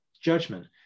judgment